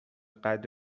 قدر